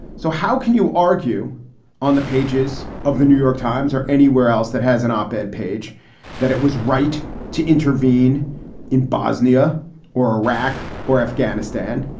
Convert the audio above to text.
so how can you argue on the pages of the new york times or anywhere else that has an op ed page that it was right to intervene in bosnia or iraq or afghanistan?